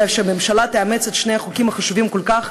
ושהממשלה תאמץ את שני החוקים החשובים כל כך,